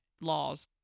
laws